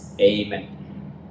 amen